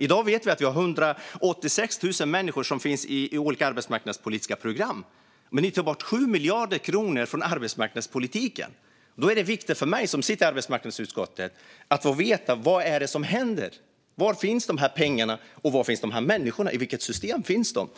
I dag vet vi att vi har 186 000 människor som finns i olika arbetsmarknadspolitiska program. Ni tar bort 7 miljarder kronor från arbetsmarknadspolitiken. Det är viktigt för mig som sitter i arbetsmarknadsutskottet att få veta: Vad är det som händer? Var finns de pengarna, och var finns de människorna? I vilket system finns de?